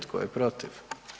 Tko je protiv?